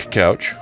couch